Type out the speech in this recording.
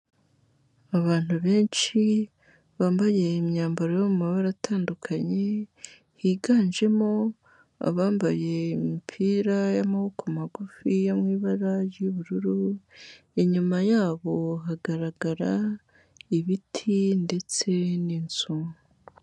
Abantu benshi bambaye imyambaro yo mu mabara atandukanye, higanjemo abambaye imipira y'amaboko magufiya mu ibara ry'ubururu, inyuma yabo hagaragara ibiti ndetse n'inzu.